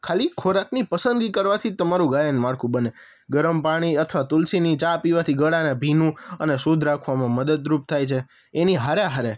ખાલી ખોરાકની પસંદગી કરવાથી જ તમારું ગાયન માળખું બને ગરમ પાણી અથવા તુલસીની ચા પીવાથી ગળાને ભીનું અને શુદ્ધ રાખવામાં મદદરૂપ થાય છે એની હારે હારે